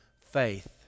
faith